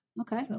okay